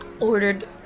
ordered